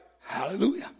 hallelujah